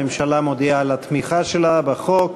הממשלה מודיעה על התמיכה שלה בחוק.